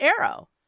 Arrow